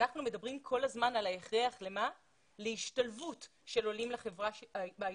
ואנחנו מדברים כל הזמן על ההכרח להשתלבות של עולים בחברה הישראלית,